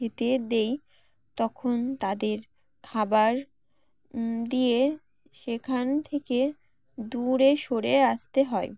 খেতে দেই তখন তাদের খাবার দিয়ে সেখান থেকে দূরে সরে আসতে হয়